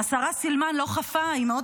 השרה סילמן לא חפה מזה,